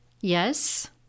Yes